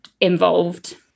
involved